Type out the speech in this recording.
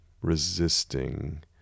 resisting